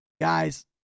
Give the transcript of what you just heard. guys